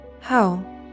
How